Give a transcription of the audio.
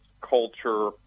culture